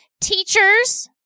teachers